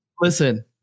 Listen